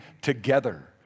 together